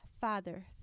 Father